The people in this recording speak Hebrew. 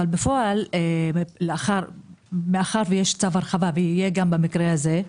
אבל בפועל, מאחר שיש צו הרחבה ויהיה גם במקרה הזה,